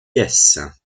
pièce